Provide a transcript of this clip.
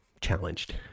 challenged